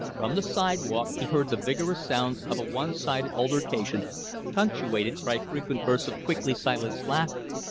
from the sidewalk he heard the vigorous sounds of a one-sided altercation punctuated by frequent bursts of quickly silenced laughter.